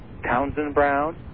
Townsend-Brown